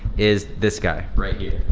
is this guy right here.